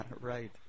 Right